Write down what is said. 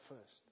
first